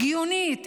הגיונית,